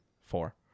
four